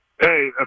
Hey